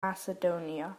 macedonia